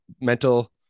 mental